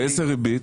באיזה ריבית?